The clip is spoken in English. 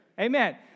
Amen